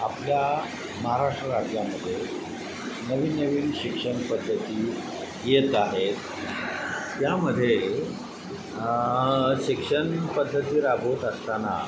आपल्या महाराष्ट्र राज्यामध्ये नवीन नवीन शिक्षण पद्धती येत आहेत यामध्ये शिक्षण पद्धती राबवत असताना